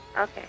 Okay